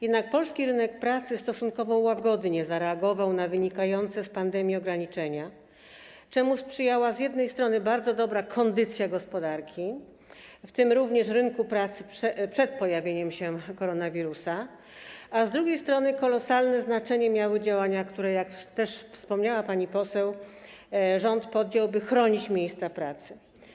Jednak polski rynek pracy stosunkowo łagodnie zareagował na wynikające z pandemii ograniczenia, czemu sprzyjała z jednej strony bardzo dobra kondycja gospodarki, w tym również rynku pracy przed pojawieniem się koronawirusa, a z drugiej strony kolosalne znaczenie miały działania, które - jak też wspomniała pani poseł - rząd podjął, by chronić miejsca pracy.